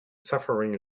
suffering